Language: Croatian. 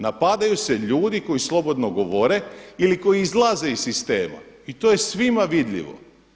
Napadaju se ljudi koji slobodno govore ili koji izlaze iz sistema i to je svima vidljivo.